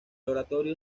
oratorio